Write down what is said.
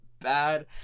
bad